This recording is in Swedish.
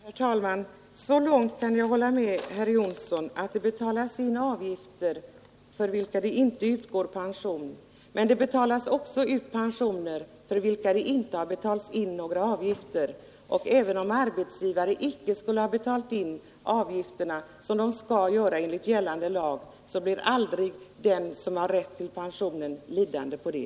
Herr talman! Så långt kan jag hålla med herr Jonsson i Mora att det betalas in avgifter för vilka det inte utgår pension, men det betalas också ut pensioner för vilka det inte betalas in några avgifter. Även om arbetsgivarna inte skulle ha betalt in avgifterna, som de skall göra enligt gällande lag, blir aldrig den som har rätt till pensionen lidande på det.